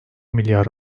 milyar